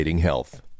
health